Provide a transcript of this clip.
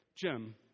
Jim